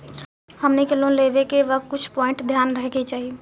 हमनी के लोन लेवे के वक्त कुछ प्वाइंट ध्यान में रखे के चाही